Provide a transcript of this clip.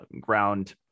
ground